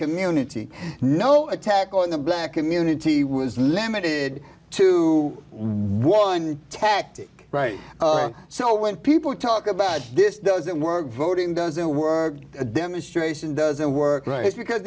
community no attack on the black community was limited to one tactic right so when people talk about this doesn't work voting does in a word a demonstration doesn't work right because